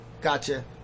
gotcha